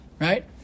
right